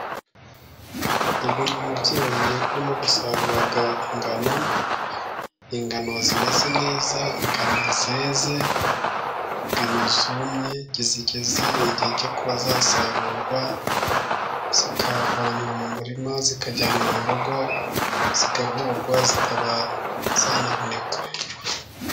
Uwo ni umubyeyi urimo gusarura ingano. Ingano zimeze neza, ingano zeze ,ingano zumye zigeze igihe cyo kuba zasarurwa ,zikavanwa mu murima zikajyanwa mu rugo, zigahurwa, zikaba zanahunikwa.